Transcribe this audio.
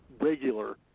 regular